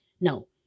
No